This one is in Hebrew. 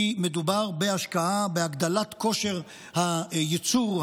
כי מדובר בהשקעה בהגדלת כושר הייצור,